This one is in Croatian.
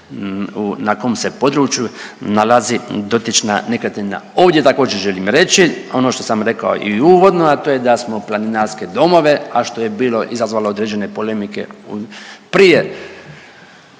na kom se području nalazi dotična nekretnina. Ovdje također želim reći ono što sam rekao i uvodno, a to je da smo planinarske domove, a što je bilo izazvalo određene polemike prije